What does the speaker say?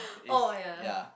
oh ya